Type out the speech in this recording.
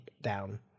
down